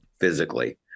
physically